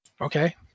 Okay